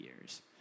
years